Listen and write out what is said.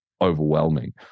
overwhelming